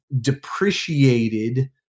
depreciated